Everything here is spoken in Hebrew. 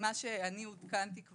ממה שאני עודכנתי,